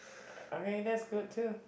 okay let's go too